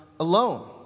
Alone